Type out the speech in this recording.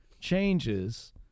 changes